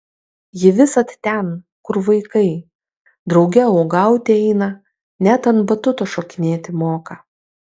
ji visad ten kur vaikai drauge uogauti eina net ant batuto šokinėti moka